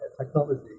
technology